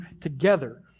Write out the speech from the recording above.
together